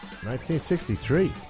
1963